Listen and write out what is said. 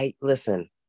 listen